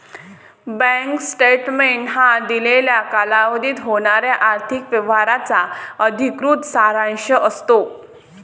bank statement हा दिलेल्या कालावधीत होणाऱ्या आर्थिक व्यवहारांचा अधिकृत सारांश असतो